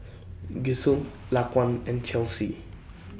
Gisselle Laquan and Chelsea